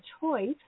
choice